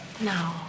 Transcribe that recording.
No